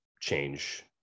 change